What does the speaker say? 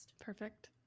perfect